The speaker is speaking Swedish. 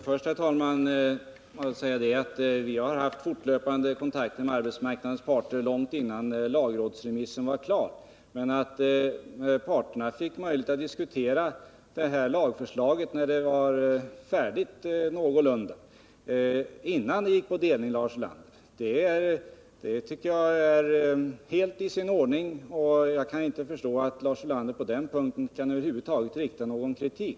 Herr talman! Vi har haft fortlöpande kontakter med arbetsmarknadens parter långt innan lagrådsremissen var klar. Partierna fick möjlighet att diskutera lagförslaget när det var någorlunda färdigt — innan det gick på delning, Lars Ulander. Det tycker jag är helt i sin ordning, och jag kan inte förstå att Lars Ulander på den punkten kan föra fram någon kritik.